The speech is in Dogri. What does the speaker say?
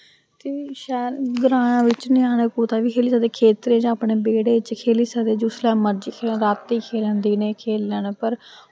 ते ग्रांऽ शैह् बिच्च ञ्यानें कुतै बी खेली सकदे खेत्तरें च अपने बेह्ड़े च खेली सकदे जिसलै मर्जी रातीं खेलन दिनें खेलन पर